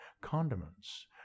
condiments